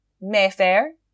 Mayfair